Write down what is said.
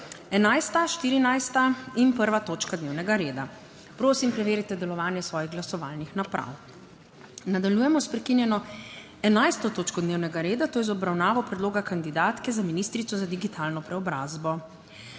11., 14. in 1. točka dnevnega reda. Prosim, preverite delovanje svojih glasovalnih naprav. Nadaljujemo s prekinjeno 11. točko dnevnega reda, to je z obravnavo predloga kandidatke za ministrico za digitalno preobrazbo.